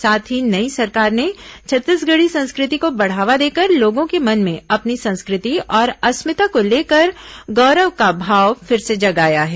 साथ ही नई सरकार ने छत्तीसगढ़ी संस्कृति को बढ़ावा देकर लोगों के मन में अपनी संस्कृति और अस्मिता को लेकर गौरव का भाव फिर से जगाया है